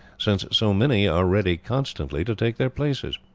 since so many are ready constantly to take their places.